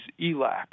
ELAC